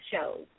shows